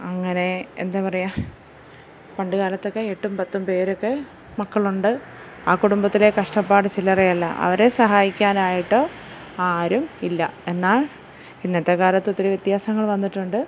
അങ്ങനെ എന്താ പറയുക പണ്ട് കാലത്തൊക്കെ എട്ടും പത്തും പേരൊക്കെ മക്കളുണ്ട് ആ കുടുംബത്തിലെ കഷ്ടപ്പാട് ചില്ലറയല്ല അവരെ സഹായിക്കാനായിട്ട് ആരും ഇല്ല എന്നാൽ ഇന്നത്തെക്കാലത്ത് ഒത്തിരി വ്യത്യാസങ്ങൾ വന്നിട്ടുണ്ട്